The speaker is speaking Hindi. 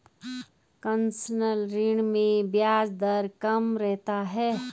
कंसेशनल ऋण में ब्याज दर कम रहता है